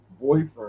boyfriend